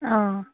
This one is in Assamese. অঁ